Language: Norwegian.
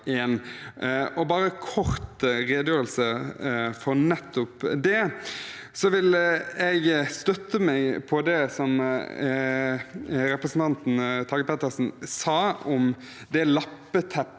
1. En kort redegjørelse for det: Jeg vil støtte meg på det som representanten Tage Pettersen sa om det lappeteppeveldet